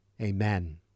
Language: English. Amen